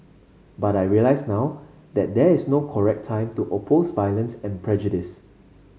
but I realise now that there is no correct time to oppose violence and prejudice